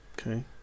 Okay